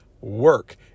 work